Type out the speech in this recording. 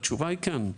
התשובה היא כן.